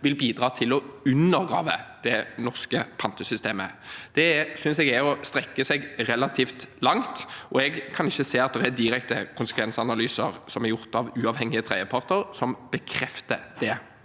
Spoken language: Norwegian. vil bidra til å undergrave det norske pante systemet. Det synes jeg er å strekke seg relativt langt. Jeg kan ikke se at det er direkte konsekvensanalyser gjort av uavhengige tredjeparter som bekrefter det.